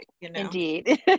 indeed